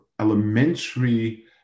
elementary